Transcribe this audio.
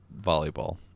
volleyball